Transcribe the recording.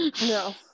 no